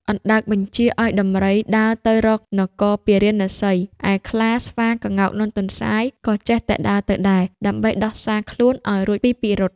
អណ្ដើកបញ្ជាឲ្យដំរីដើរទៅរកនគរពារាណសី ឯខ្លា ស្វា ក្ងោក និងទន្សាយ ក៏ចេះតែដើរទៅដែរ ដើម្បីដោះសារខ្លួនឲ្យរួចពីពិរុទ្ធ។